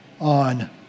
on